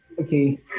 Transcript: okay